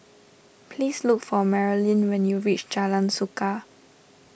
please look for Marilynn when you reach Jalan Suka